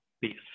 peace